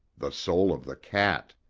the soul of the cat!